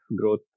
growth